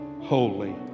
holy